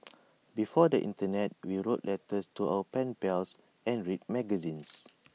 before the Internet we wrote letters to our pen pals and read magazines